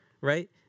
right